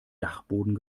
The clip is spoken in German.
dachboden